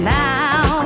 now